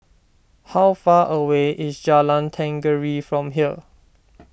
How far away is Jalan Tenggiri from here